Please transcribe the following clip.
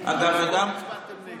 על הכול הצבעתם נגד.